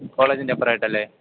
കോളേജിൻ്റെ അപ്പുറത്ത് ആയിട്ടല്ലേ